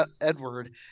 Edward